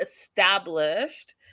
established